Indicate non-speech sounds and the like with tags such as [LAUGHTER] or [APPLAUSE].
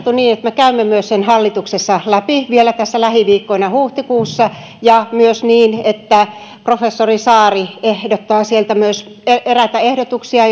käymme sen myös hallituksessa läpi vielä tässä lähiviikkoina huhtikuussa ja myös niin että kun professori saari tekee siellä myös eräitä ehdotuksia [UNINTELLIGIBLE]